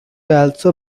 also